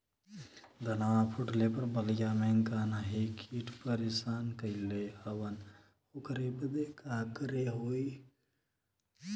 धनवा फूटले पर बलिया में गान्ही कीट परेशान कइले हवन ओकरे बदे का करे होई?